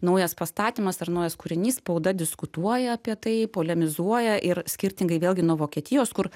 naujas pastatymas ar naujas kūrinys spauda diskutuoja apie tai polemizuoja ir skirtingai vėlgi nuo vokietijos kur